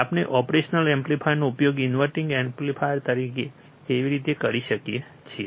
આપણે ઓપરેશનલ એમ્પ્લીફાયરનો ઉપયોગ ઇન્વર્ટીંગ એમ્પ્લીફાયર તરીકે કેવી રીતે કરી શકીએ